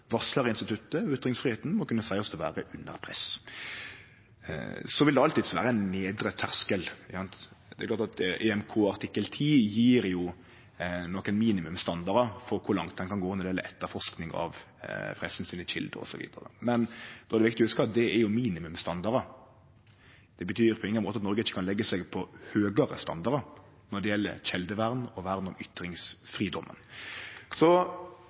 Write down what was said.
og ytringsfridomen må kunne seiest å vere under press. Så vil det alltids vere ein nedre terskel. Den europeiske menneskerettskonvensjonen – EMK – artikkel 10 gjev nokre minimumsstandardar for kor langt ein kan gå når det gjeld etterforsking av kjeldene til pressen osv. Men då er det viktig å hugse at det er minimumsstandardar. Det betyr på ingen måte at Noreg ikkje kan leggje seg på høgare standardar når det gjeld kjeldevern og vern om ytringsfridomen.